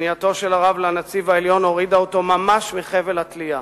שפנייתו של הרב לנציב העליון הורידה אותו ממש מחבל התלייה,